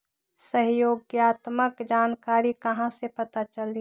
सहयोगात्मक जानकारी कहा से पता चली?